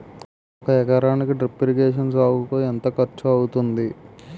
ఒక ఎకరానికి drip irrigation సాగుకు ఎంత ఖర్చు అవుతుంది?